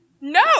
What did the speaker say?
No